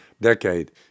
decade